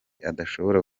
adashobora